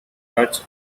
touch